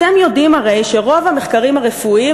אתם יודעים הרי שרוב המחקרים הרפואיים